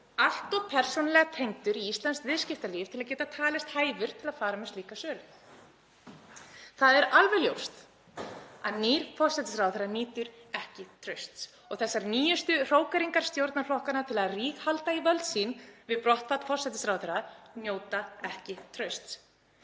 allt of persónulega tengdur inn í íslenskt viðskiptalíf til að geta talist hæfur til að fara með slíka sölu. Það er alveg ljóst að nýr forsætisráðherra nýtur ekki trausts og þessar nýjustu hrókeringar stjórnarflokkanna til að ríghalda í völd sín við brottfall forsætisráðherra njóta ekki trausts.